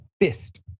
fist